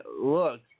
look